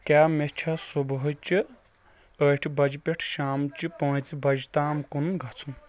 کیٛاہ مےٚ چھا صُبحٕچہِ ٲٹھہِ بجہِ پیٹھ شامچہِ پانٛژِ بجہِ تام کُن گژھُن ؟